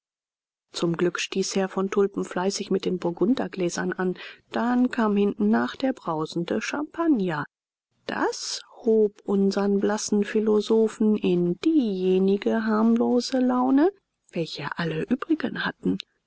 zum glück stieß herr von tulpen fleißig mit den burgundergläsern an dann kam hintennach der brausende champagner das hob unsern blassen philosophen in diejenige harmlose laune welche alle übrigen hatten